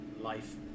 life